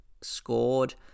scored